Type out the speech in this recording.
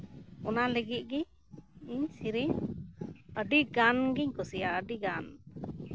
ᱚᱱᱟ ᱞᱟᱹᱜᱤᱫ ᱜᱮ ᱤᱧ ᱥᱮᱨᱮᱧ ᱟᱹᱰᱤ ᱜᱟᱱᱜᱤᱧ ᱠᱩᱥᱤᱭᱟᱜᱼᱟ ᱟᱹᱰᱤᱜᱟᱱ